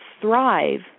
thrive